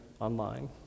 online